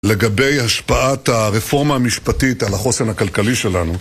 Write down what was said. לגבי השפעת הרפורמה המשפטית על החוסן הכלכלי שלנו